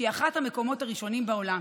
שהיא אחד המקומות הראשונים בעולם